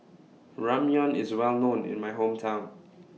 Ramyeon IS Well known in My Hometown